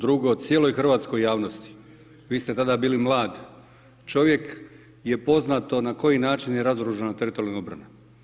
Drugo, cijeloj hrvatskoj javnosti vi ste tada bili mlad čovjek je poznato na koji način je razoružana Teritorijalna obrana.